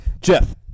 Jeff